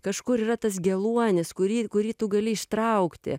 kažkur yra tas geluonis kurį kurį tu gali ištraukti